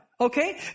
Okay